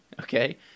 okay